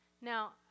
Now